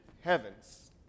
heavens